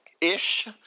ish